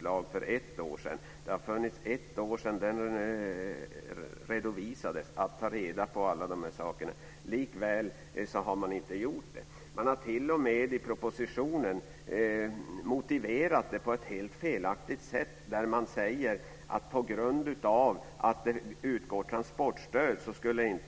Sedan utredningen redovisades har man haft ett år på sig att ta reda på dessa saker. Likväl har man inte gjort det. Man har t.o.m. lämnat en helt felaktig motivering i propositionen. Man säger att på grund av att det utgår transportstöd skulle